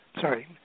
sorry